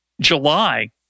July